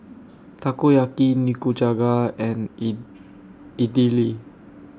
Takoyaki Nikujaga and Idili